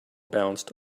bounced